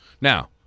Now